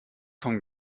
kommen